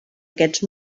aquests